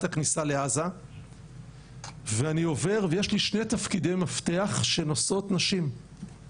הכניסה לעזה ואני עובר ויש לי שני תפקידי מפתח שנושאות נשים,